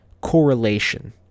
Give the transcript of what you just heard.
correlation